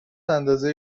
اندازه